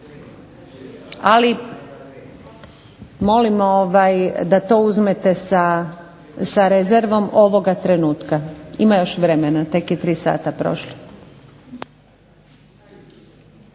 Ali, molim da to uzmete sa rezervom ovoga trenutka. Ima još vremena, tek je tri sata prošlo.